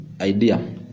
Idea